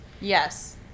Yes